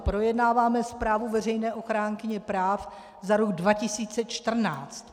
Projednáváme Zprávu veřejné ochránkyně práv za rok 2014.